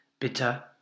bitter